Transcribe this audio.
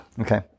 Okay